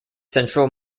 central